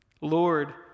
Lord